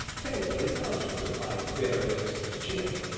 painfully conscious of my bare lips and chin.